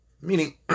Meaning